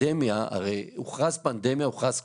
הרי הוכרזה פנדמיה והוכרזה קורונה.